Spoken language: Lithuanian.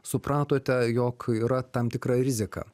supratote jog yra tam tikra rizika